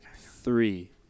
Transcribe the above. Three